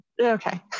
Okay